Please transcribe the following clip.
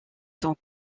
sont